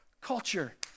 culture